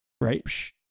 right